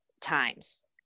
times